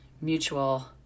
mutual